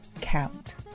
count